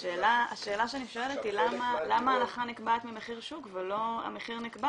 השאלה שאני שואלת היא למה ההנחה נקבעת ממחיר שוק ולא המחיר נקבע